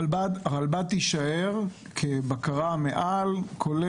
הרלב"ד תישאר כבקרה מעל.